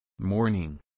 Morning